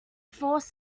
forced